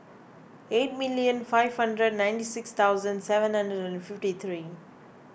eight million five hundred ninety six thousand seven hundred and fifty three